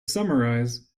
summarize